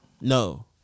no